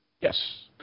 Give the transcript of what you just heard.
Yes